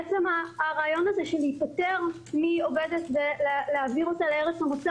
עצם הרעיון הזה של להיפטר מעובדת ולהעביר אותה לארץ המוצא